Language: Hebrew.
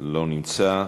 לא נמצא.